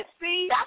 see